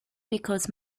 because